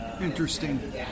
Interesting